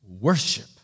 worship